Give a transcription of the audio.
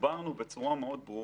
הסברנו בצורה מאוד ברורה,